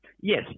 Yes